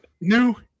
new